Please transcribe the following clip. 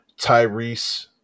Tyrese